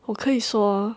我可以说